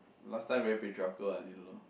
last time very patriachal one you don't know